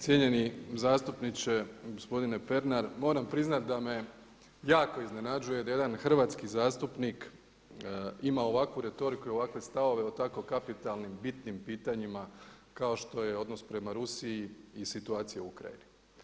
Cijenjeni zastupniče gospodine Pernar, moram priznati da me jako iznenađuje da jedan hrvatski zastupnik ima ovakvu retoriku i ovakve stavove o tako kapitalnim, bitnim pitanjima kao što je odnos prema Rusiji i situaciji u Ukrajini.